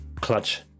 clutch